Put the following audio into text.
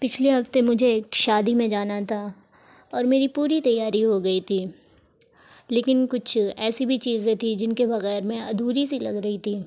پچھلے ہفتے مجھے ایک شادی میں جانا تھا اور میری پوری تیاری ہو گئی تھی لیکن کچھ ایسی بھی چیزیں تھیں جن کے بغیر میں ادھوری سی لگ رہی تھی